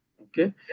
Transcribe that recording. okay